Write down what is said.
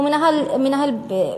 הוא מנהל שנתיים,